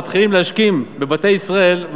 מתחילים להשכים בבתי ישראל,